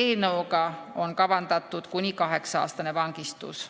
eelnõuga on kavandatud kuni kaheksa-aastane vangistus.